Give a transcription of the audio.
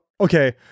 okay